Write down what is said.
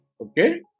Okay